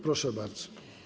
Proszę bardzo.